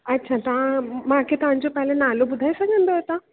अच्छा तव्हां मूंखे तव्हांजो पहले नालो ॿुधाए सघंदव तव्हां